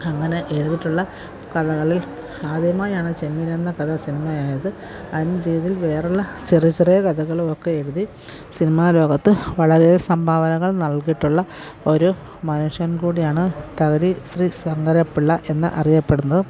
അങ്ങനെ എഴുതിയിട്ടുള്ള കഥകളിൽ ആദ്യമായാണ് ചെമ്മീനെന്ന കഥ സിനിമയായത് അതിന് രീതിയിൽ വേറെയുള്ള ചെറിയ ചെറിയ കഥകളുമൊക്കെ എഴുതി സിനിമാലോകത്ത് വളരെ സംഭാവനകൾ നൽകിയിട്ടുള്ള ഒരു മനുഷ്യൻ കൂടിയാണ് തകഴി ശ്രീ ശങ്കരപ്പിള്ള എന്ന് അറിയപ്പെടുന്നതും